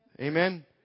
Amen